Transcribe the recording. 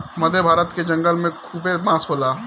मध्य भारत के जंगल में खूबे बांस होला